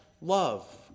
love